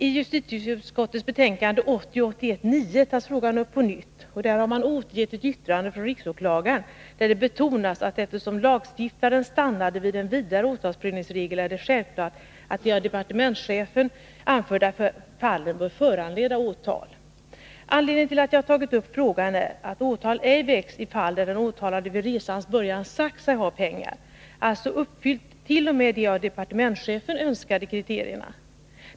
I justitieutskottets betänkande 1980/81:9 tas frågan upp på nytt. Där har man återgett ett yttrande från riksåklagaren, där det betonas att eftersom lagstiftaren stannade vid en vidare åtalsprövningsregel, är det självklart att de av departementschefen anförda fallen bör föranleda åtal. Anledningen till att jag tagit upp frågan är att åtal ej väckts i fall där den åtalade vid resans början sagt sig ha pengar, alltså uppfyllt t.o.m. de av departementschefen önskade kriterierna.